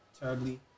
terribly